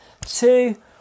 two